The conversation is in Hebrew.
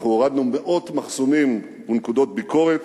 אנחנו הורדנו מאות מחסומים ונקודות ביקורת,